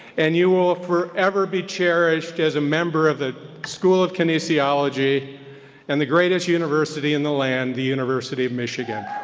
and you will ah forever be cherished as a member of the school of kinesiology and the greatest university in the land, the university of michigan.